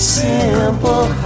simple